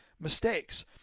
mistakes